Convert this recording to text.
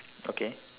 okay